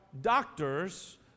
doctors